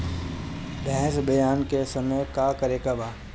भैंस ब्यान के समय का करेके बा?